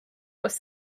was